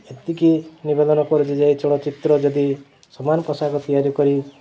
ଏତିକି ନିବେଦନ କରୁଛୁ ଯେ ଚଳଚ୍ଚିତ୍ର ଯଦି ସମାନ ପୋଷାକ ତିଆରି କରି